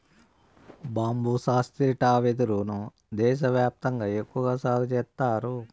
బంబూసా stricta వెదురు ను దేశ వ్యాప్తంగా ఎక్కువగా సాగు చేత్తారు